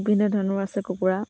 বিভিন্ন ধৰণৰ আছে কুকুৰা